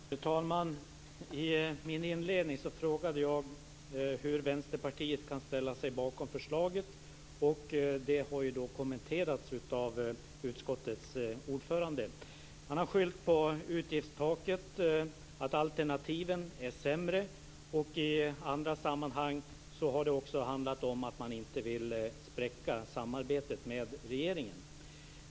Herr talman! I min inledning frågade jag hur Vänsterpartiet kan ställa sig bakom förslaget. Det har kommenterats av utskottets ordförande. Man har skyllt på utgiftstaket och på att alternativen är sämre. I andra sammanhang har det också handlat om att man inte vill spräcka samarbetet med regeringen.